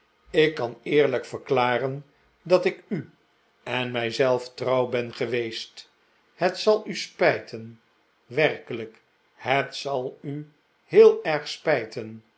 ik kan eerlijk verklaren dat ik u en mij zelf trouw ben geweest het zal u spijten werkelijk het zal u heel erg spijten